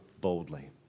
boldly